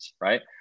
right